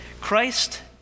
Christ